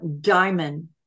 diamond